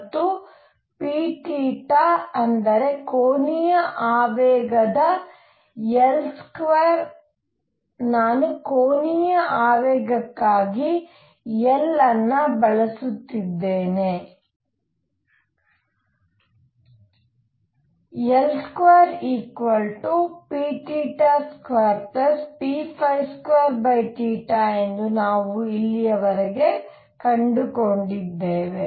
ಮತ್ತು p ಅಂದರೆ ಕೋನೀಯ ಆವೇಗವಾದ L2 ನಾನು ಕೋನೀಯ ಆವೇಗಕ್ಕಾಗಿ L ಅನ್ನು ಬಳಸುತ್ತಿದ್ದೇನೆ L2p2p2 ಎಂದು ನಾವು ಇಲ್ಲಿಯವರೆಗೆ ಕಂಡುಕೊಂಡಿದ್ದೇವೆ